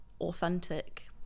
authentic